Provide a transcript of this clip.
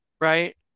right